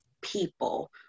people